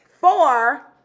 Four